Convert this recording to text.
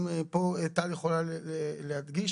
גם טל יכולה להדגיש,